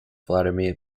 vladimir